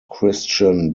christian